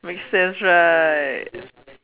make sense right